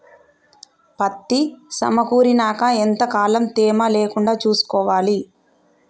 పత్తి సమకూరినాక ఎంత కాలం తేమ లేకుండా చూసుకోవాలి?